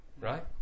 right